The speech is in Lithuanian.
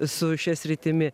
su šia sritimi